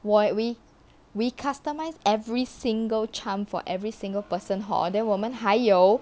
!wah! we we customised every single charm for every single person hor then 我们还有